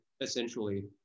essentially